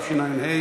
התשע"ה